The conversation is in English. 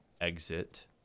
exit